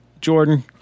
Jordan